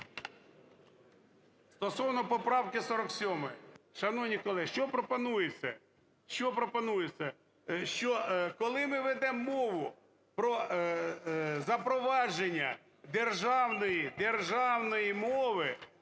Стосовно поправки 47. Шановні колеги, що пропонується? Що пропонується? Коли ми ведемо мову про запровадження державної,